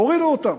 הורידו אותן,